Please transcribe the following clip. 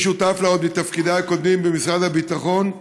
שותף לה עוד מתפקידיי הקודמים במשרד הביטחון: